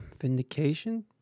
vindication